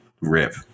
rip